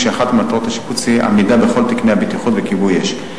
ואחת ממטרות השיפוץ היא עמידה בכל תקני הבטיחות וכיבוי אש.